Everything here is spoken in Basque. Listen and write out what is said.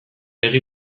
begi